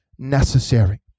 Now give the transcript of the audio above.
necessary